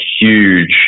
huge